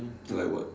like what